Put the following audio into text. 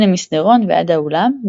מן המסדרון ועד האולם,